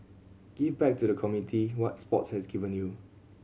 give back to the community what sports has given you